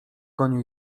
koniu